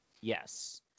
Yes